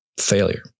failure